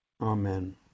Amen